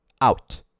Out